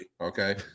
Okay